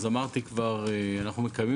אמרתי כבר שאנחנו מקיימים